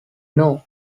know